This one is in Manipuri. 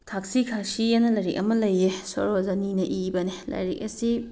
ꯊꯛꯁꯤ ꯈꯥꯁꯤ ꯍꯥꯏꯅ ꯂꯥꯏꯔꯤꯛ ꯑꯃ ꯂꯩꯑꯦ ꯁꯣꯔꯣꯖꯅꯤꯅ ꯏꯕꯅꯦ ꯂꯥꯏꯔꯤꯛ ꯑꯁꯤ